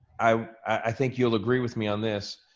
i think you'll agree with me on this.